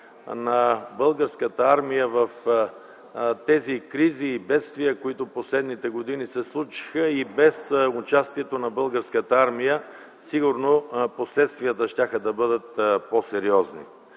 на Българската армия в тези кризи и бедствия, които в последните години се случиха. Защото без участието на Българската армия сигурно последствията щяха да бъдат по-сериозни.